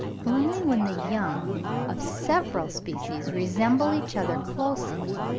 only when the young of several species resemble each other closely,